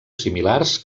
similars